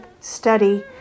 study